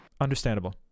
understandable